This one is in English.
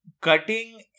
cutting